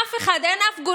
האם הפתרון